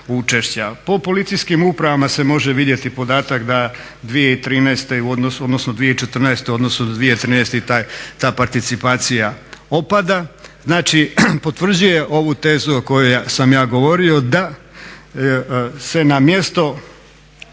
Po policijskim uprava se može vidjeti podataka da 2013., odnosno 2014. u odnosu na 2013. ta participacija opada. Znači potvrđuje ovu tezu o kojoj sam ja govorio da se na mjesto